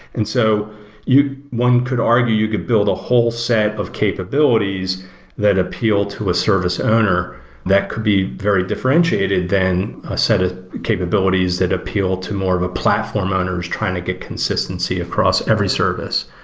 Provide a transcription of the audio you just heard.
and so one could argue, you could build a whole set of capabilities that appeal to a service owner that could be very differentiated than a set of capabilities that appeal to more of a platform owners trying to get consistency across every service.